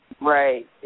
Right